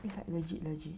it's like legit legit